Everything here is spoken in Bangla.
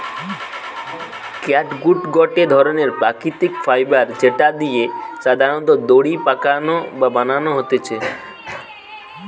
ক্যাটগুট গটে ধরণের প্রাকৃতিক ফাইবার যেটা দিয়ে সাধারণত দড়ি বানানো হতিছে